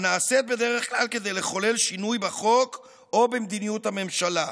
הנעשית בדרך כלל כדי לחולל שינוי בחוק או במדיניות הממשלה".